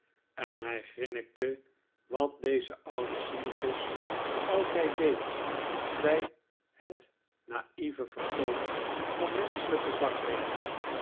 en hij grinnikte wat deze oude cynicus altijd deed bij het naive vertoon van menschelijke zwakheden